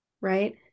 right